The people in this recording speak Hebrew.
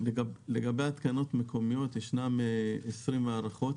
לגבי התקנות מקומיות, ישנן 22 מערכות